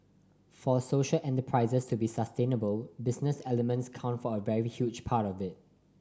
for social enterprises to be sustainable business elements count for a very huge part of it